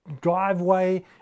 driveway